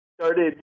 started